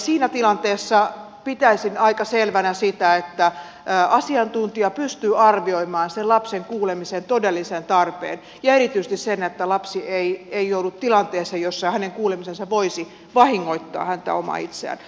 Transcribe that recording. siinä tilanteessa pitäisin aika selvänä sitä että asiantuntija pystyy arvioimaan sen lapsen kuulemisen todellisen tarpeen ja erityisesti sen että lapsi ei joudu tilanteeseen jossa hänen kuulemisensa voisi vahingoittaa häntä itseään